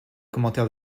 commentaire